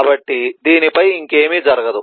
కాబట్టి దీనిపై ఇంకేమీ జరగదు